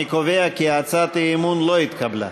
אני קובע כי הצעת האי-אמון לא התקבלה.